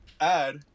add